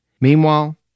Meanwhile